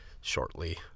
shortly